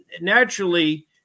Naturally